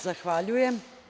Zahvaljujem.